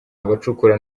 abacukura